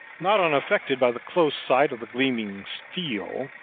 not unaffected by the close sight of the gleaming steel,